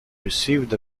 received